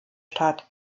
stadt